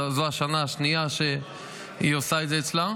זאת השנה השנייה שהיא עושה את זה אצלה,